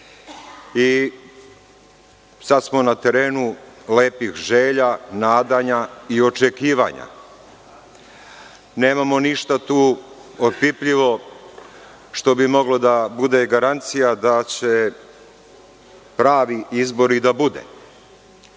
Sad smo na terenu lepih želja, nadanja i očekivanja. Nemamo ništa tu opipljivo što bi moglo da bude garancija da će pravi izbor i da bude,